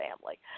family